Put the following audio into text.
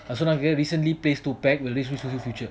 சொன்னாங்க:sonanga recently place two pack relationship future